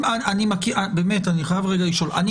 ואם יתפסו אז הוא